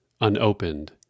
unopened